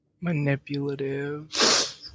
manipulative